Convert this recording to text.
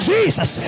Jesus